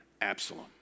Absalom